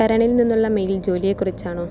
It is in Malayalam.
കരണിൽ നിന്നുള്ള മെയിൽ ജോലിയെക്കുറിച്ചാണോ